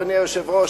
אדוני היושב-ראש,